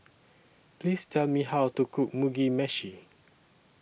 Please Tell Me How to Cook Mugi Meshi